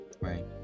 right